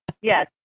Yes